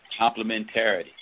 complementarity